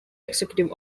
executive